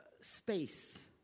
space